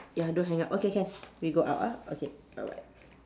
ya don't hang up okay can we go out ah okay bye bye